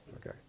okay